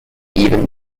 even